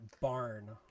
barn